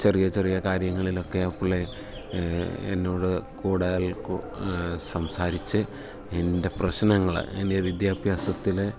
ചെറിയ ചെറിയ കാര്യങ്ങളിലൊക്കെ പുള്ളി എന്നോട് കൂടുതൽ സംസാരിച്ചു എൻ്റെ പ്രശ്നങ്ങൾ എൻ്റെ വിദ്യാഭ്യാസത്തിലെ